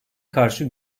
karşı